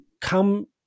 come